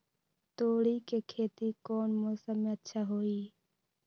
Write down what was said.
तोड़ी के खेती कौन मौसम में अच्छा होई?